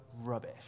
rubbish